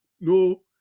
No